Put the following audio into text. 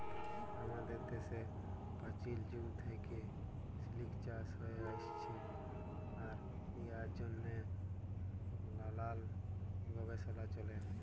আমাদের দ্যাশে পাচীল যুগ থ্যাইকে সিলিক চাষ হ্যঁয়ে আইসছে আর ইয়ার জ্যনহে লালাল গবেষলা চ্যলে